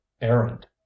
errand